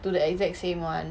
to the exact same one